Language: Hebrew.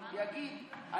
לא.